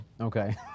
Okay